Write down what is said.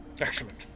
Excellent